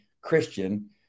christian